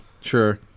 Sure